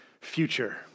future